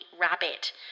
rabbit